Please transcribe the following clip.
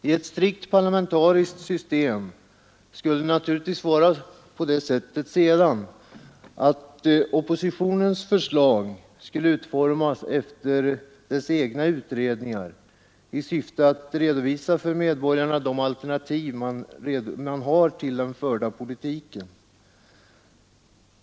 I ett strikt parlamentariskt system skulle det naturligtvis dessutom vara på det sättet att oppositionens förslag skulle utformas efter dess egna utredningar i syfte att redovisa för medborgarna de alternativ man har till den förda politiken.